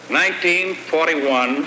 1941